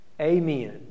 Amen